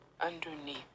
underneath